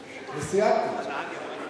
סיימתי.